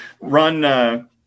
run